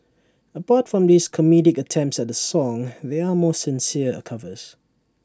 apart from these comedic attempts at the song there are more sincere covers